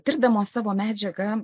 tirdamos savo medžiagą